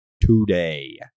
today